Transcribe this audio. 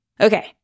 Okay